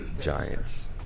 Giants